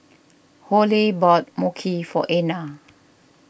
Joelle bought Mochi for Einar